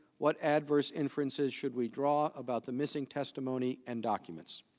what adverse inferences should we draw about the missing testimony and documents